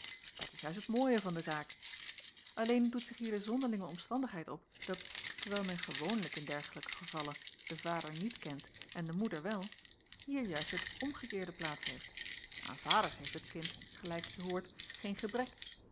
dat is juist het mooie van de zaak alleen doet zich hier de zonderlinge omstandigheid op dat terwijl men gewoonlijk in dergelijke gevallen den vader niet kent en de moeder wel hier juist het omgekeerde plaats heeft aan vaders heeft het kind gelijk je hoort geen gebrek